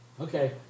Okay